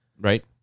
Right